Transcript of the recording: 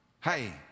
Hey